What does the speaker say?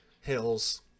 hills